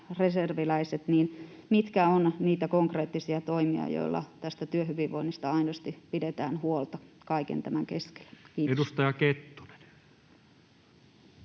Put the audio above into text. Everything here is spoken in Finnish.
reserviläiset. Mitkä ovat niitä konkreettisia toimia, joilla tästä työhyvinvoinnista aidosti pidetään huolta kaiken tämän keskellä? — Kiitos.